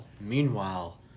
Meanwhile